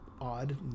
odd